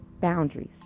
boundaries